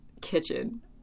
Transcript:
kitchen